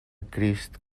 crist